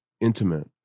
intimate